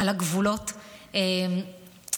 על הגבולות באיו"ש.